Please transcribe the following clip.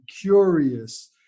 curious